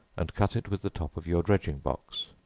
and cut it with the top of your dredging-box.